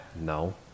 No